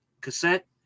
Cassette